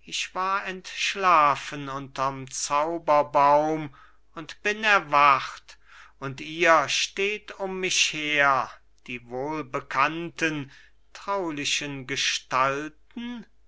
ich war entschlafen unterm zauberbaum und bin erwacht und ihr steht um mich her die wohlbekannten traulichen gestalten